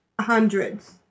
hundreds